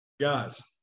Guys